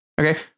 Okay